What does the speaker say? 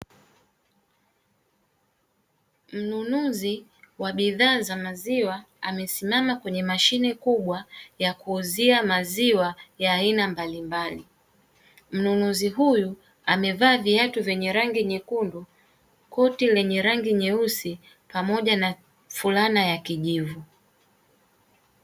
Mnunuzi wa bidhaa za maziwa amesimama katika mashine kubwa ya kuuzia maziwa ya aina mbalimbali, mnunuzi huyu amevaa vitabu vyenye rangi nyekundu, koti lenye rangi nyeusi pamoja na fulana ya kijivu.